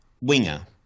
winger